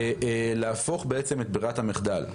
להפוך את ברירת המחדל.